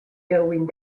erwin